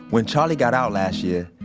when charlie got out last year,